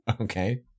Okay